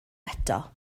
eto